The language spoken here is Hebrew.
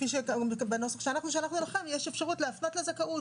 כפי שבנוסח שאנחנו שלחנו לכם יש אפשרות להפנות לזכאות.